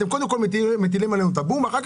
אתם קודם כול מטילים עלינו את הבום ואחר